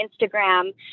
Instagram